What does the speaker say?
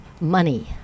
money